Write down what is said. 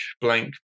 blank